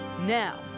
Now